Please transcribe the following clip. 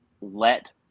let